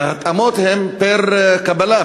וההתאמות הן פר-קבלה,